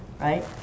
right